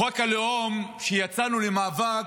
בחוק הלאום, כשיצאנו למאבק,